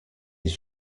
his